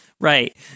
Right